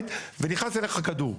אתה יושב בסלון שלך בבית ונכנס אליך כדור.